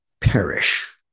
perish